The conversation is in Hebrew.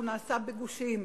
שהוא נעשה בגושים.